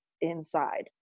inside